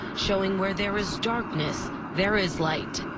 showing where there is darkness, there is light.